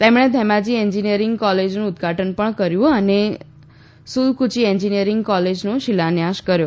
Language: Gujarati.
તેમણે ઘેમાજી એન્જિનિયરિંગ કોલેજનું ઉદ્વાટન પણ કર્યું અને સુલકુચી એન્જિનિયરિંગ કોલેજનો શિલાન્યાસ કર્યો